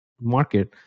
market